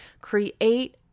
Create